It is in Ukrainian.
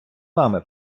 вами